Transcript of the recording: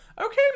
okay